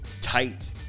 tight